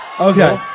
Okay